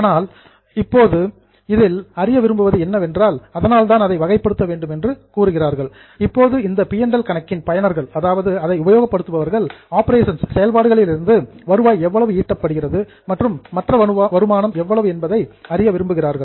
ஆனால் இப்போது அந்த பி மற்றும் ல் கணக்கின் பயனர்கள் ஆபரேஷன்ஸ் செயல்பாடுகளிலிருந்து வருவாய் எவ்வளவு ஈட்டப்படுகிறது மற்றும் மற்ற வருமானம் எவ்வளவு என்பதை அறிய விரும்புகிறார்கள்